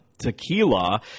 tequila